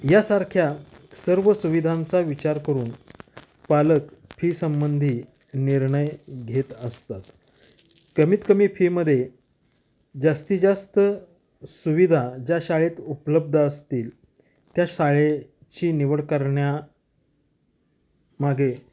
यासारख्या सर्व सुविधांचा विचार करून पालक फीसंबंधी निर्णय घेत असतात कमीतकमी फीमध्ये जास्तीत जास्त सुविधा ज्या शाळेत उपलब्ध असतील त्या शाळेची निवड करण्यामागे